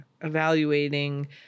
evaluating